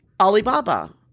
Alibaba